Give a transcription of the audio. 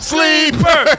Sleeper